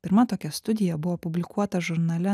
pirma tokia studija buvo publikuota žurnale